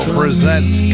presents